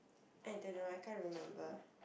I don't know I can't remember